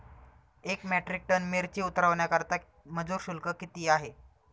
एक metric ton मिरची उतरवण्याकरता मजुर शुल्क किती आहे?